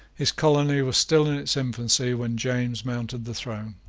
his colony was still in its infancy when james mounted the throne.